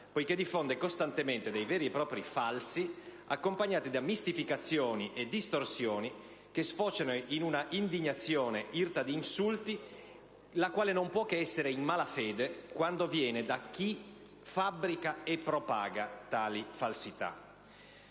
quanto diffonde costantemente dei veri e propri falsi accompagnati da mistificazioni e distorsioni che sfociano in una indignazione irta di insulti, la quale non può che essere in mala fede quando viene da chi fabbrica e propaga tali falsità.